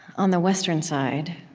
on the western side,